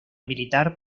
militar